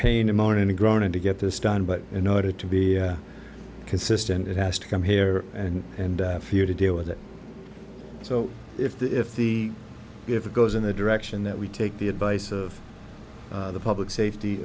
pain to moan and groan and to get this done but in order to be consistent it has to come here and and a few to deal with it so if the if it goes in the direction that we take the advice of the public safety